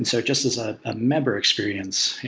and so just as a ah member experience,